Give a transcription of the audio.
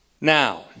Now